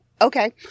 okay